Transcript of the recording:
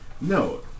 No